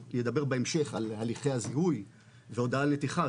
ידבר בהמשך על הליכי הזיהוי והודעה על נתיחה,